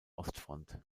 ostfront